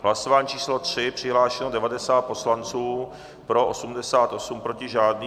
Hlasování číslo 3, přihlášeno 90 poslanců, pro 88, proti žádný.